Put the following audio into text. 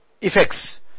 Effects